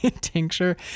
Tincture